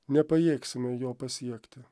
nepajėgsime jo pasiekti